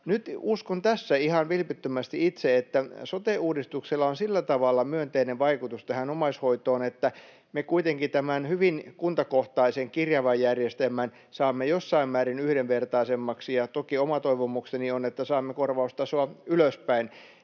nyt uskon tässä ihan vilpittömästi itse, että sote-uudistuksella on sillä tavalla myönteinen vaikutus tähän omaishoitoon, että me kuitenkin tämän hyvin kirjavan kuntakohtaisen järjestelmän saamme jossain määrin yhdenvertaisemmaksi, ja toki oma toivomukseni on, että saamme korvaustasoa ylöspäin.